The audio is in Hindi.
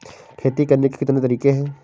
खेती करने के कितने तरीके हैं?